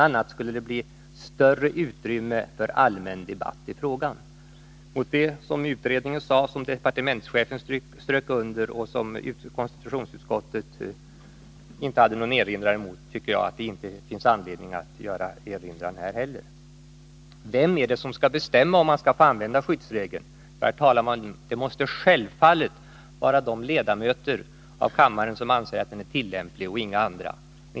a. skulle det bli större utrymme för allmän debatt i frågan. Det som utredningen sade, departementschefen strök under och konstitutionsutskottet inte hade någon erinran mot finns det inte heller nu anledning att invända mot. Vem är det som skall bestämma om skyddsregeln får användas? Det måste, herr talman, självfallet vara de ledamöter av kammaren som anser att den är tillämplig och inga andra.